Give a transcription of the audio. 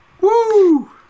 Woo